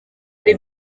ari